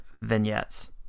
vignettes